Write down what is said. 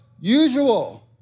Usual